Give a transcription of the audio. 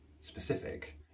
specific